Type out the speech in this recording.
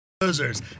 losers